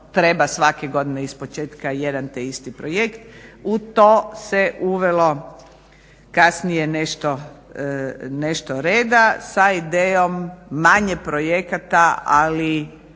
treba svake godine ispočetka jedan te isti projekt? U to se uvelo kasnije nešto, nešto reda sa idejom manje projekata, ali